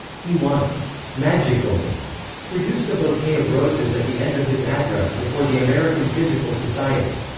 he once magically produced a bouquet of roses at the end of his address before the american physical society.